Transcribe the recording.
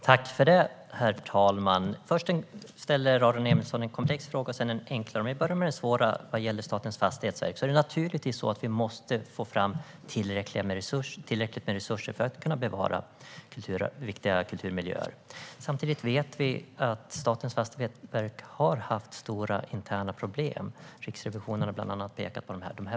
Herr talman! Aron Emilsson ställde först en komplex fråga och sedan en enklare. Jag börjar med den svåra, som gäller Statens fastighetsverk. Det är naturligtvis så att vi måste få fram tillräckliga resurser för att kunna bevara viktiga kulturmiljöer. Samtidigt vet vi att Statens fastighetsverk har haft stora interna problem, vilket bland annat Riksrevisionen har pekat på.